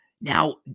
Now